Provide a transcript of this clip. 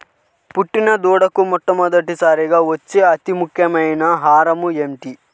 పుట్టిన దూడకు మొట్టమొదటిసారిగా ఇచ్చే అతి ముఖ్యమైన ఆహారము ఏంటి?